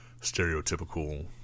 stereotypical